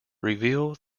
reveal